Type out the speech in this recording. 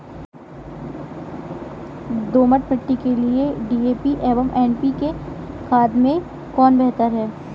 दोमट मिट्टी के लिए डी.ए.पी एवं एन.पी.के खाद में कौन बेहतर है?